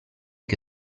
che